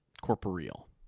corporeal